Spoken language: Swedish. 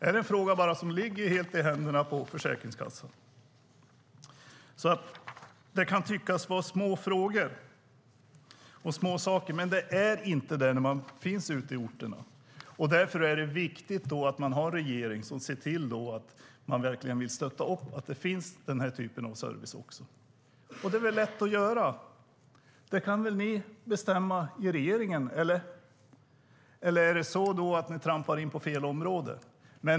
Är det en fråga som ligger helt i händerna på Försäkringskassan? Det kan tyckas vara små frågor och småsaker. Men det är det inte när man finns ute i orterna. Därför är det viktigt att det finns en regering som verkligen vill stötta upp och se till att den här typen av service finns. Det är väl lätt att göra. Det kan ni väl bestämma i regeringen? Eller trampar ni då in på fel område?